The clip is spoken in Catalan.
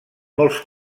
molts